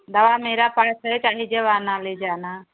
दवा मेरा पास है चाहे जब आना ले जाना